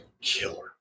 killer